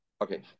Okay